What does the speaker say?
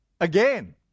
again